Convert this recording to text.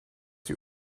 sie